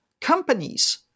companies